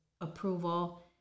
approval